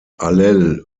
allel